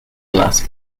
las